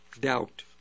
doubt